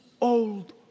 old